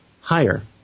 higher